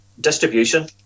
distribution